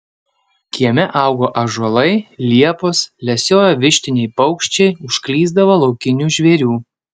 kieme augo ąžuolai liepos lesiojo vištiniai paukščiai užklysdavo laukinių žvėrių